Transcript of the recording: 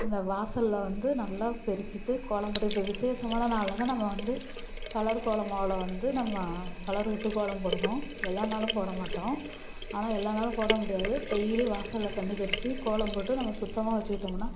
அந்த வாசலில் வந்து நல்லா பெருக்கிட்டு கோலம் போட்டு இப்போ விஷேசமான நாளில் தான் நம்ம வந்து கலர் கோலமாவில் வந்து நம்ம கலருவிட்டு கோலம் போடுவோம் எல்லா நாளும் போடமாட்டோம் ஆனால் எல்லா நாளும் போட முடியாது டெய்லி வாசலில் தண்ணி தெளித்து கோலம் போட்டு நம்ம சுத்தமாக வச்சுக்கிட்டோம்னா